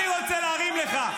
אני רוצה להרים לך.